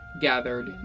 gathered